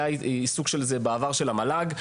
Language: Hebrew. היה בזה בעבר עיסוק של המל"ג.